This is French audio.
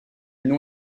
nom